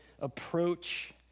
approach